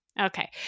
Okay